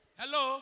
hello